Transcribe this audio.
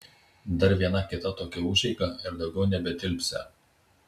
dar viena kita tokia užeiga ir daugiau nebetilpsią